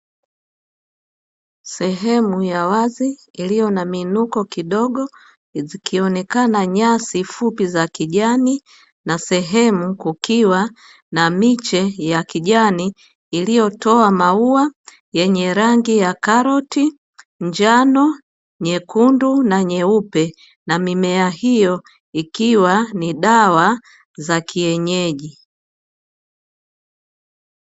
Sehemu ya wazi iliyo na miinuko kidogo zikionekana nyasi fupi za kijani na sehemu kukiwa, na miche ya kijani iliyotoa maua yenye rangi ya karoti, njano, nyekundu na nyeupe na mimea hiyo ikiwa ni dawa za kienyeji.